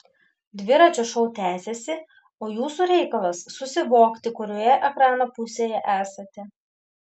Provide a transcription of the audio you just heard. dviračio šou tęsiasi o jūsų reikalas susivokti kurioje ekrano pusėje esate